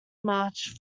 march